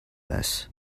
this